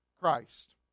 Christ